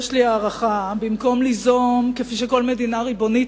יש לי הערכה: כפי שכל מדינה ריבונית